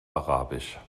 arabisch